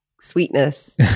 sweetness